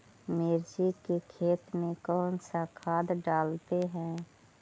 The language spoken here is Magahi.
मिर्ची के खेत में कौन सा खाद डालते हैं?